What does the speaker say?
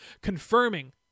confirming